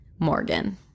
morgan